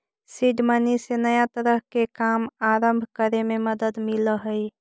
seed money से नया तरह के काम आरंभ करे में मदद मिलऽ हई